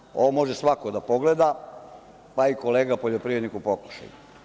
Čak naprotiv, ovo može svako da pogleda, pa i kolega poljoprivrednik u pokušaju.